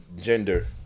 gender